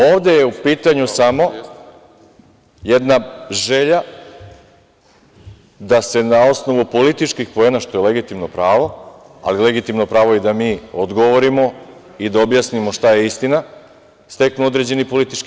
Ovde je u pitanju samo jedna želja da se na osnovu političkih poena, što je legitimno pravo, ali legitimno pravo je i da mi odgovorimo i da objasnimo šta je istina, steknu određeni politički